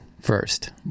first